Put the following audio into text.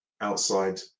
outside